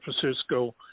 Francisco